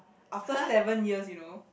after seven years you know